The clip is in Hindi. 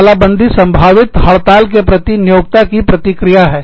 तालाबंदी संभावित हड़ताल के प्रति नियोक्ता की प्रतिक्रिया है